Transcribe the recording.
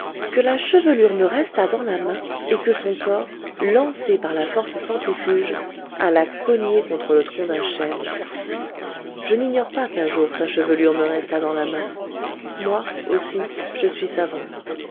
que la chevelure me resta dans la main et que son corps lancé par la force centrifuge alla cogner contre le tronc d'un chêne je n'ignore pas qu'un jour sa chevelure me resta dans la main moi aussi je suis savant